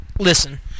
Listen